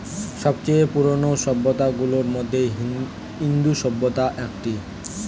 সব চেয়ে পুরানো সভ্যতা গুলার মধ্যে ইন্দু সভ্যতা একটি